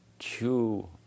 chew